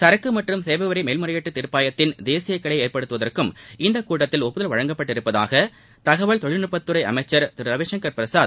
சரக்கு மற்றும் சேவை வரி மேல்முறையீட்டு தீர்ப்பாயத்தின் தேசிய கிளையை ஏற்படுத்துவதற்கும் இக்கூட்டத்தில் ஒப்புதல் வழங்கப்பட்டுள்ளதாக தகவல் தொழில்நுட்பத்துறை அமைச்சர் திரு ரவிசங்கர்பிரசாத்